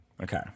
Okay